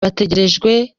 bategerejwe